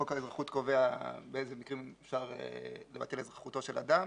חוק האזרחות קובע באיזה מקרים אפשר לבטל אזרחותו של אדם.